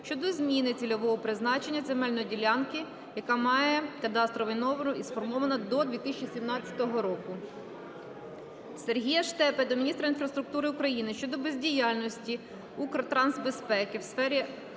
щодо зміни цільового призначення земельної ділянки, яка має кадастровий номер і сформована до 2017 року. Сергія Штепи до міністра інфраструктури України щодо бездіяльності Укртрансбезпеки у сфері